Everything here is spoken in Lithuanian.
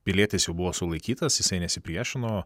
pilietis jau buvo sulaikytas jisai nesipriešino